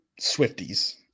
Swifties